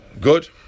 Good